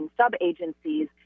sub-agencies